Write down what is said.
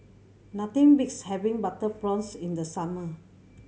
nothing beats having butter prawns in the summer